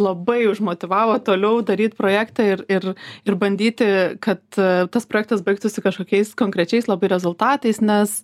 labai užmotyvavo toliau daryti projektą ir ir ir bandyti kad tas projektas baigtųsi kažkokiais konkrečiais labai rezultatais nes